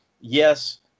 yes